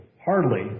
hardly